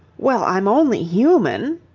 well, i'm only human,